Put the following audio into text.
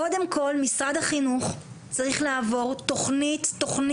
קודם כל משרד החינוך צריך לעבור תוכנית-תוכנית